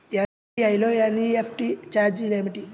SBI లో NEFT ఛార్జీలు ఏమిటి?